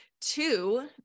two